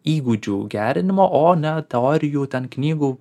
įgūdžių gerinimo o ne teorijų ten knygų